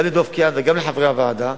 גם לדב קהת וגם לחברי הוועדה,